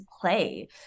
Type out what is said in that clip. play